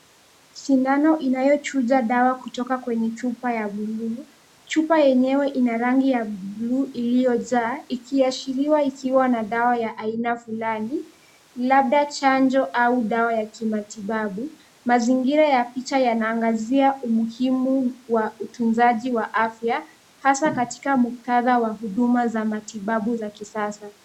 Sindano inayochuja dawa kutoka kwenye chupa ya blue . Chupa yenyewe ina rangi ya blue iliyojaa ikiashiria ikiwa na dawa ya aina fulani labda chanjo au dawa ya kimatibabu. Mazingira ya picha yanaangazia umuhimu wa utunzaji wa afya, hasa katika muktadha wa huduma za matibabu za kisasa.